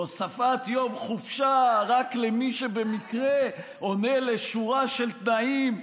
הוספת יום חופשה רק למי שבמקרה עונה לשורה של תנאים,